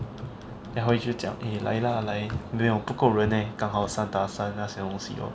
他会就讲 eh 来 lah 来没有不够人 leh 刚好三打三那些东西 lor